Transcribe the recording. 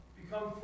become